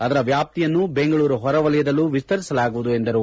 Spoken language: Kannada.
ಅದರ ವ್ಯಾಪ್ತಿಯನ್ನು ಬೆಂಗಳೂರು ಹೊರವಲಯದಲ್ಲೂ ವಿಸ್ತರಿಸಲಾಗುವುದು ಎಂದರು